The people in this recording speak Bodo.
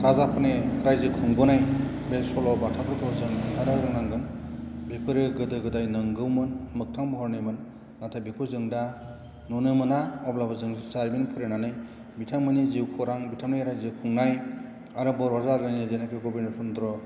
राजाफोरनि रायजो खुंबोनाय बे सल' बाथाफोरखौ जों खिन्थानो रोंनांगोन बेफोरो गोदो गोदाय नंगौमोन मोगथां महरनिमोन नाथाय बेखौ जों दा नुनो मोना अब्लाबो जों जारिमिन फरायनानै बिथांमोननि जिउ खौरां बिथांनि रायजो खुंनाय आरो बर' राजानि जेनाखि गबिन्द चन्द्र